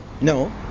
No